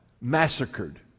massacred